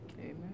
Amen